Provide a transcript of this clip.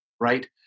right